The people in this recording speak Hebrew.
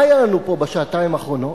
מה היה לנו פה בשעתיים האחרונות?